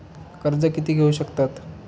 कर्ज कीती घेऊ शकतत?